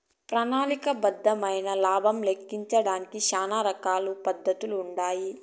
ప్రణాళిక బద్దమైన లాబం లెక్కించడానికి శానా రకాల పద్దతులుండాయి